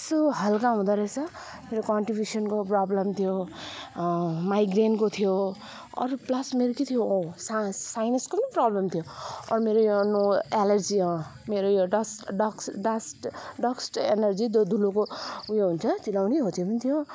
so हलका हुँदा रहेछ मेरो कन्स्टिपेसनको प्रब्लम थियो माइग्रेनको थियो अरू प्लस मेरो के थियो हो सा साइनसको पनि प्रब्लम अरू मेरो यो नो एलर्जी अँ मेरो यो dust duct dust dust allergy जो धुलोको ऊ यो हुन्छ चिलाउने हो त्यो पनि थियो